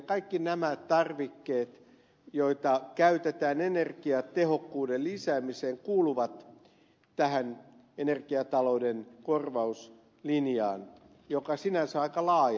kaikki nämä tarvikkeet joita käytetään energiatehokkuuden lisäämiseen kuuluvat tähän energiatalouden korvauslinjaan joka sinänsä on aika laaja